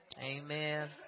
amen